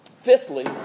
Fifthly